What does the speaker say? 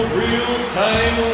real-time